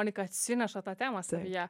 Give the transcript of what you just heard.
monika atsineša tą temą savyje